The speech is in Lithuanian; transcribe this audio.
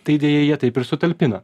tai deja jie taip ir sutalpina